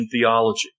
theology